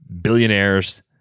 billionaires